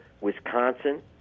Wisconsin